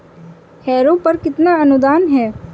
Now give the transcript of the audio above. Harrow पर कितना अनुदान है?